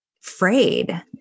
frayed